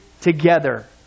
together